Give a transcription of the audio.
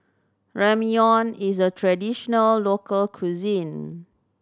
ramyeon is a traditional local cuisine